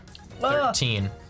Thirteen